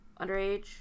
underage